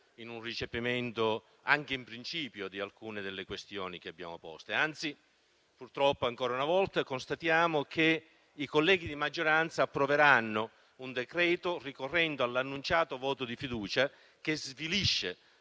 in un recepimento, anche in principio, di alcune delle questioni che abbiamo posto. Anzi, purtroppo, ancora una volta constatiamo che i colleghi di maggioranza approveranno un decreto ricorrendo all'annunciato voto di fiducia che svilisce